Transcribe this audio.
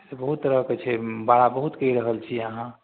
से बहुत तरहके छै भाड़ा बहुत कहि रहल छिए अहाँ